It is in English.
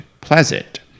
Pleasant